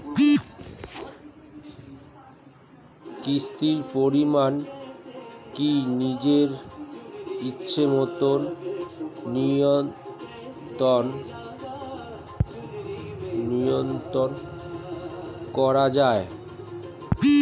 কিস্তির পরিমাণ কি নিজের ইচ্ছামত নিয়ন্ত্রণ করা যায়?